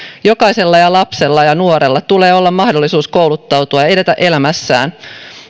jokaisella lapsella ja nuorella tulee olla mahdollisuus kouluttautua edetä elämässään